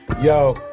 Yo